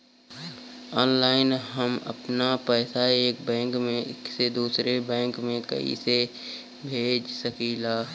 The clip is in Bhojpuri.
ऑनलाइन हम आपन पैसा एक बैंक से दूसरे बैंक में कईसे भेज सकीला?